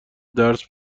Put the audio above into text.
درس